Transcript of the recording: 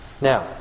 Now